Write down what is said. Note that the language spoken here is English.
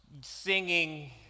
singing